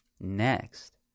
Next